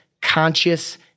conscious